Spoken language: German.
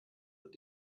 wird